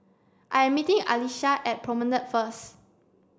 I am meeting Alesia at Promenade first